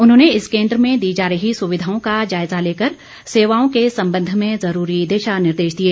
उन्होंने इस केन्द्र में दी जा रही सुविधाओं का जायजा लेकर सेवाओं के संबंध में ज़रूरी दिशा निर्देश दिए